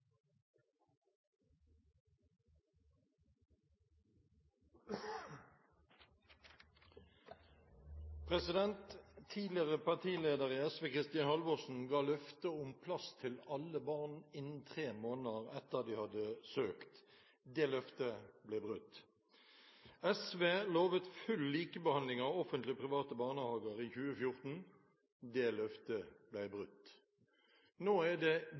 Tidligere partileder i SV, Kristin Halvorsen, ga løfte om plass til alle barn innen tre måneder etter at de hadde søkt. Det løftet ble brutt. SV lovet full likebehandling av offentlige og private barnehager i 2014. Det løftet ble brutt. Nå er det